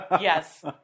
Yes